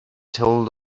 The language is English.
told